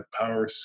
power